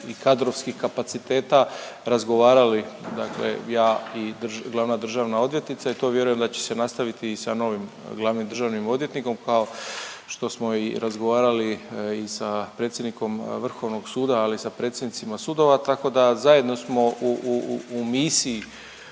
i kadrovskih kapaciteta razgovarali dakle ja i glavna državna odvjetnica i to vjerujem da će se nastaviti i sa novim glavnim državnim odvjetnikom kao što smo i razgovarali i sa predsjednikom Vrhovnog suda, ali i sa predsjednicima sudova tako da zajedno smo u misiji